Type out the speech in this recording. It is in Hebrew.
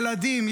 ילדים,